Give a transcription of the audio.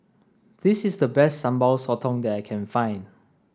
this is the best Sambal Sotong that I can find